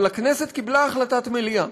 אבל הכנסת קיבלה החלטת מליאה,